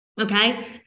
Okay